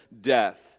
death